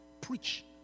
preach